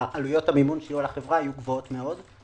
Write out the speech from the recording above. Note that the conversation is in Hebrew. עלויות המימון שלו לחברה יהיו גבוהות מאוד.